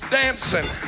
dancing